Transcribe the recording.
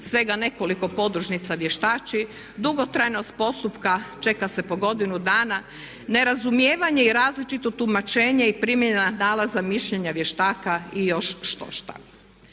Svega nekoliko podružnica vještači, dugotrajnost postupka čeka se po godinu dana, nerazumijevanje i različito tumačenje i primjena nalaza mišljenja vještaka i još štošta.